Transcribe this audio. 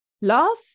Love